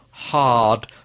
Hard